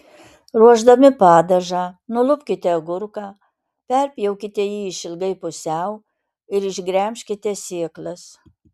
ruošdami padažą nulupkite agurką perpjaukite jį išilgai pusiau ir išgremžkite sėklas